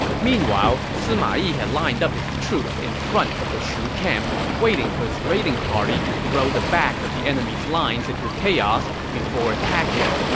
meanwhile, sima sima yi had lined up his troops in front of the shu camp, waiting for his raiding party to throw the back of the enemy's lines into chaos before attacking.